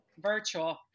virtual